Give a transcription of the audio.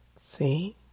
See